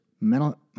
mental